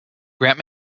grant